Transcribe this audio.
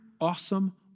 awesome